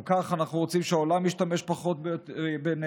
גם כך אנחנו רוצים שהעולם ישתמש פחות בנפט.